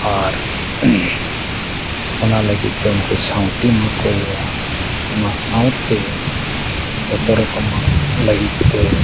ᱟᱨ ᱚᱱᱟ ᱞᱟᱹᱜᱤᱫᱛᱮ ᱩᱱᱠᱩ ᱥᱟᱶ ᱫᱤᱱ ᱮᱢᱟᱠᱚ ᱦᱩᱭᱩᱜᱼᱟ ᱚᱱᱟ ᱥᱟᱶᱛᱮ ᱡᱚᱛᱚ ᱨᱚᱠᱚᱢᱟᱜ ᱞᱟᱹᱜᱤᱫᱛᱮ